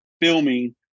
filming